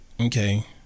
okay